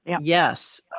Yes